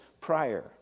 prior